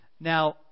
Now